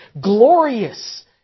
glorious